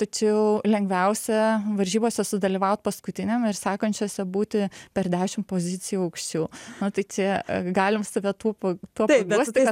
tačiau lengviausia varžybose sudalyvaut paskutiniam ir sekančiose būti per dešim pozicijų aukščiau nu tai čia galim save tuo pa tuo paguosti kad